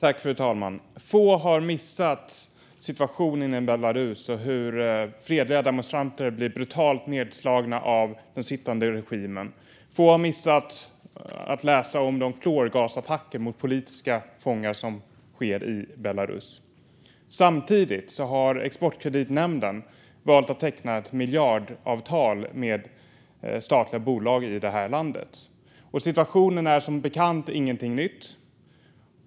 Fru talman! Få har missat hur situationen ser ut i Belarus och att fredliga demonstranter blir brutalt nedslagna av den sittande regimen. Få har missat att läsa om de klorgasattacker mot politiska fångar som sker i Belarus. Samtidigt har Exportkreditnämnden valt att teckna ett miljardavtal med statliga bolag i det landet. Situationen är som bekant inte ny.